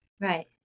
right